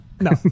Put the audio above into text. No